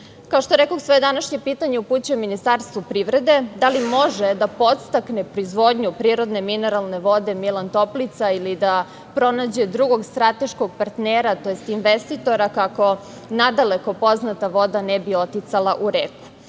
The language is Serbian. što rekoh, svoje današnje pitanje upućujem Ministarstvu privrede, da li može da podstakne proizvodnju prirodne mineralne vode „Milan Toplica“ ili da pronađe drugog strateškog partnera, tj. investitora kako nadaleko poznata voda ne bi oticala u reku? To